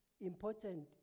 important